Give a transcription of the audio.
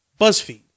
Buzzfeed